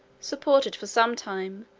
supported for some time,